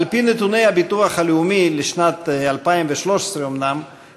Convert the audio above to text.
על-פי נתוני הביטוח הלאומי לשנת 2013 אומנם,